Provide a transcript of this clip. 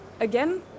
again